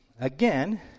Again